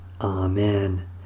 Amen